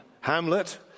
Hamlet